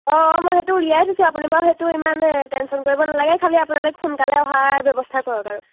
অঁ অঁ মই সেইটো উলিয়াই তৈছোঁ আপুনি বাৰু সেইটো ইমান টেনশ্যন কৰিব নালাগে খালী আপোনালোক সোনকালে অহাৰ ব্যৱস্থা কৰক আৰু